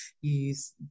use